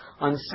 On